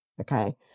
okay